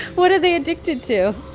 what are they addicted to?